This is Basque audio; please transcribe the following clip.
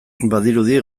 badirudi